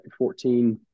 14